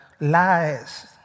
lies